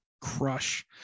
crush